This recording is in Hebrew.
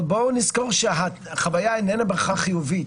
אבל בואו נזכור שהחוויה איננה בהכרח חיובית.